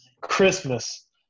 Christmas